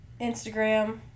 Instagram